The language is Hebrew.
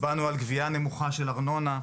הצבענו על גבייה נמוכה של ארנונה,